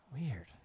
Weird